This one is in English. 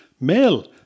male